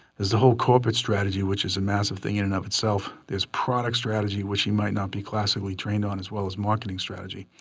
a whole corporate strategy which is a massive thing in and of itself. there's product strategy, which he might not be classically trained on, as well as marketing strategy.